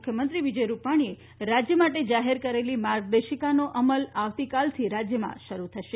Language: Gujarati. મુખ્યમંત્રી વિજય રૂપાણીએ રાજ્ય માટે જાહેર કરેલી માર્ગદર્શિકાનો અમલ આવતીકાલથી રાજ્યોમાં કરાશે